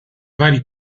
vari